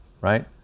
right